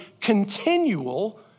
continual